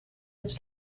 its